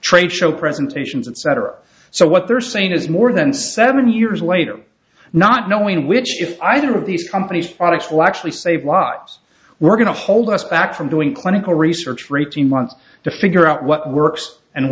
trade show presentations etc so what they're saying is more than seven years later not knowing which if either of these companies products will actually save lives we're going to hold us back from doing clinical research for eighteen months to figure out what works and